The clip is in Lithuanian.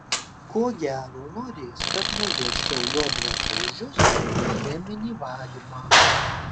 ko gero norės kad nuvežčiau jo drabužius į cheminį valymą